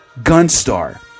Gunstar